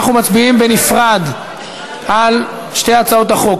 אנחנו מצביעים בנפרד על שתי הצעות החוק.